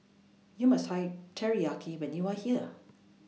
YOU must Try Teriyaki when YOU Are here